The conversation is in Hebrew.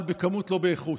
אבל בכמות, לא באיכות.